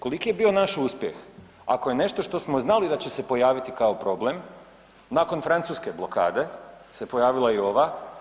Koliki je bio naš uspjeh ako je nešto što smo znali da će se pojaviti kao problem nakon francuske blokade se pojavila i ova.